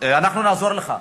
אנחנו נעזור לך.